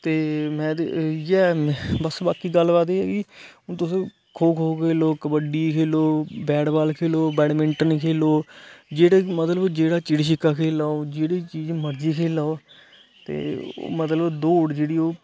ते में ते इये बस बाकी गल्ल बात ऐ है कि हून तुस कौ खो खो खेलो कबड्डी खेलो बेटबाल खेलो बेडमिनंटन खेलो जेहडे़ मतलब जेहडी चीज चिडी छिक्का खैलो जेहड़ी चीज मर्जी खेलो ते मतलब दौड़ जेहड़ी ओह्